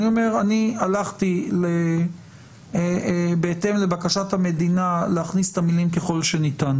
אני אומר שאני הלכתי בהתאם לבקשת המדינה להכניס את המילים "ככול שניתן"